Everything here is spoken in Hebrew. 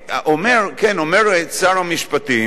כן אומר שר המשפטים: